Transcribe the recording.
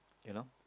you know